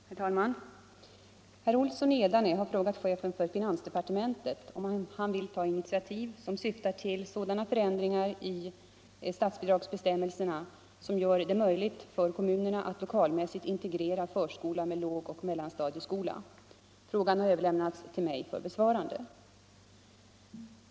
Herr talman! Herr Olsson i Edane har frågat chefen för finansdepartementet om han vill ta initiativ som syftar till sådana ändringar i statsbidragsbestämmelserna som gör det möjligt för kommunerna att lokalmässigt integrera förskola med lågoch mellanstadieskola. Frågan har överlämnats till mig för besvarande.